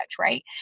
right